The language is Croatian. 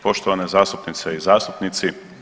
Poštovane zastupnice i zastupnici.